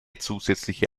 zusätzliche